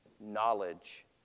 knowledge